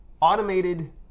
Automated